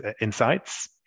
insights